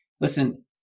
listen